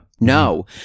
no